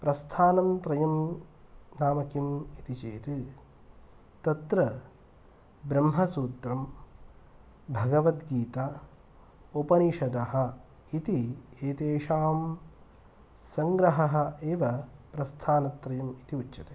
प्रस्थानं त्रयं नाम किम् इति चेत् तत्र ब्रह्मसूत्रं भगवद्गीता उपनिषदः इति एतेषां सङ्ग्रहः एव प्रस्थानत्रयम् इति उच्यते